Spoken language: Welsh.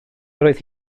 roedd